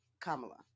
Kamala